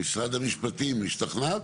משרד המשפטים, השתכנעת?